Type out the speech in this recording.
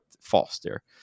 faster